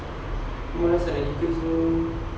aku malas sia nak pergi kerja